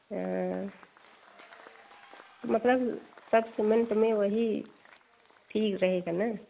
हाँ मतलब सब सीमेंट में वही ठीक रहेगा ना